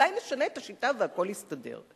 אולי נשנה את השיטה והכול יסתדר.